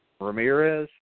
Ramirez